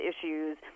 issues